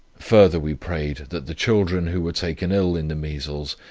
further we prayed, that the children, who were taken ill in the measles,